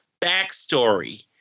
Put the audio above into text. backstory